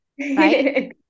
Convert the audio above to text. right